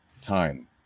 time